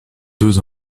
deux